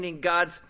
God's